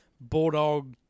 Bulldog